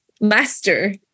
master